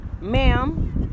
ma'am